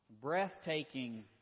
breathtaking